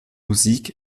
musik